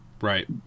Right